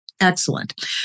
Excellent